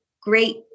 great